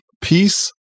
peace